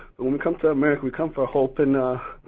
but when we come to america, we come for hope, and